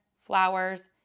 flowers